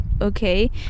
okay